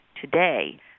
today